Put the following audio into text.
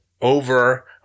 over